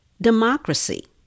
democracy